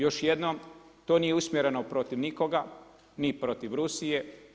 Još jednom, to nije usmjereno protiv nikoga, ni protiv Rusije.